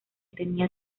tenía